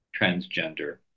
transgender